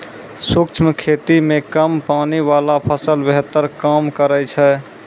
शुष्क खेती मे कम पानी वाला फसल बेहतर काम करै छै